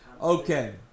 Okay